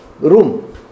room